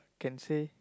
can say